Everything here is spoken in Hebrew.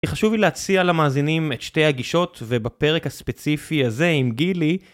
חשוב לי להציע למאזינים את שתי הגישות ובפרק הספציפי הזה עם גילי...